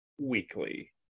weekly